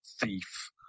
thief